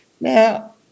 Now